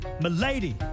Milady